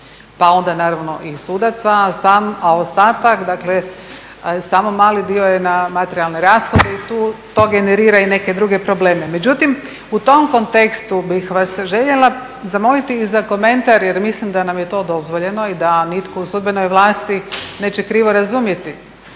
pa onda naravno i sudaca, a ostatak dakle samo mali dio je na materijalne rashode. I to generira i neke druge probleme. Međutim, u tom kontekstu bih vas željela zamoliti za komentar, jer mislim da nam je to dozvoljeno i da nitko u sudbenoj vlasti neće krivo razumjeti,